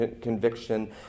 conviction